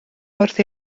wrth